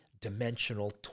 dimensional